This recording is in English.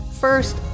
First